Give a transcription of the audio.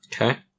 Okay